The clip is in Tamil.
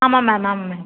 ஆமாம் மேம் ஆமாம் மேம்